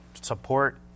support